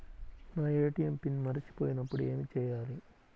నా ATM PIN మరచిపోయినప్పుడు ఏమి చేయాలి?